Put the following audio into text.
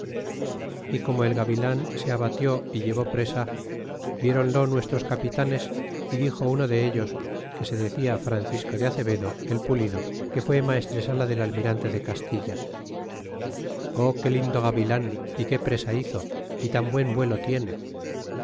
y como el gavilan se aba tió y llevó presa viéronlo nuestros capitanes y dixo uno de ellos que se decia francisco de acevedo el pulido que fue maestresala del almirante de castilla o qué lindo gavilan y qué presa hizo y tan buen vuelo tiene